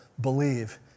believe